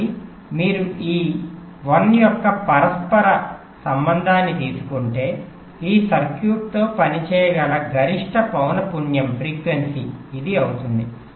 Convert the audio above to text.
కాబట్టి మీరు ఈ 1 యొక్క పరస్పర సంబంధాన్ని తీసుకుంటే ఈ సర్క్యూట్తో పనిచేయగల గరిష్ట పౌన పున్యం ఇది అవుతుంది